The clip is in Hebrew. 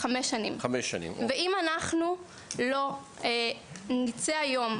ואם אנחנו לא נצא היום,